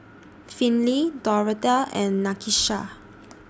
Finley Doretha and Nakisha